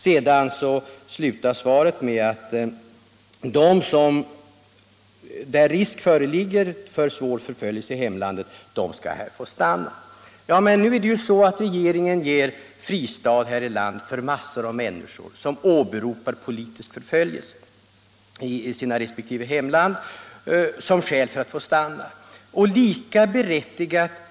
Sedan slutar svaret med att där ”risk för svår förföljelse i hemlandet kan anses föreligga”, skall vederbörande få stanna här. Men nu är det ju så att regeringen ger fristad åt ett stort antal människor som åberopar politisk förföljelse i respektive hemland som skäl för att få stanna här.